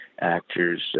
actors